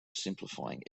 simplifying